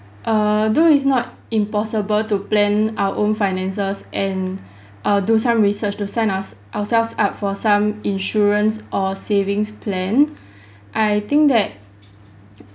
err though it's not impossible to plan our own finances and I'll do some research to send ours~ ourselves up for some insurance or savings plan I think that